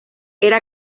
era